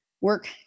Work